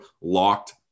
locked